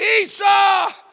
Esau